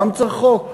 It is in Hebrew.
למה צריך חוק?